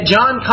John